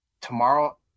Tomorrow